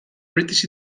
british